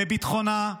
בביטחונה,